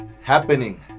happening